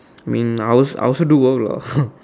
I mean I will I also do work lah